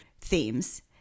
themes